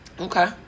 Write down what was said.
Okay